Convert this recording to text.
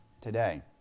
today